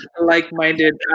like-minded